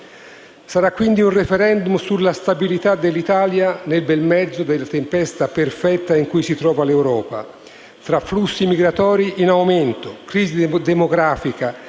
Sarà quindi un *referendum* sulla stabilità dell'Italia, nel bel mezzo della tempesta perfetta in cui si trova l'Europa, tra flussi migratori in aumento, crisi demografica,